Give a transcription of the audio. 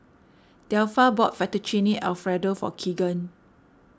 Delpha bought Fettuccine Alfredo for Kegan